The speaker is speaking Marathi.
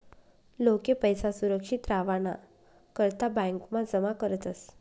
लोके पैसा सुरक्षित रावाना करता ब्यांकमा जमा करतस